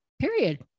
Period